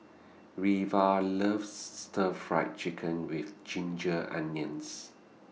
Reva loves Stir Fried Chicken with Ginger Onions